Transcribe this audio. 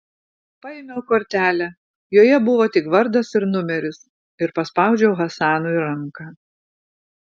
paėmiau kortelę joje buvo tik vardas ir numeris ir paspaudžiau hasanui ranką